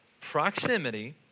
Proximity